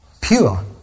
Pure